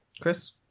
Chris